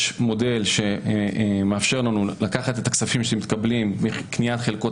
יש מודל שמאפשר לנו לקחת את הכספים שמתקבלים מקניית חלקות